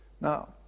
Now